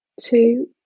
two